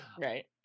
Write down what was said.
Right